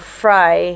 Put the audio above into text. fry